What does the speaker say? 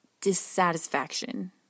dissatisfaction